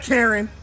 Karen